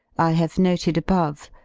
have noted above,